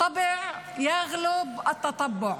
(אומרת בערבית:)